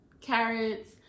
carrots